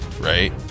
right